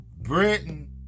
britain